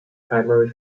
primary